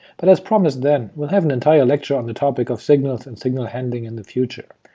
but as promised then, we'll have an entire lecture on the topic of signals and signal handling in the future,